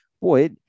boy